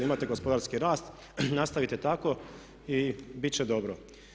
Imate gospodarski rast, nastavite tako i biti će dobro.